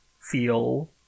feel